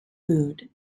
food